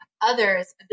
others